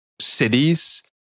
cities